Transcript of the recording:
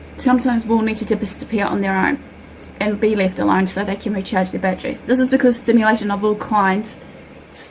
sometimes will need to to disappear on their own and would be left alone so they can recharge their batteries. this is because stimulation of all kinds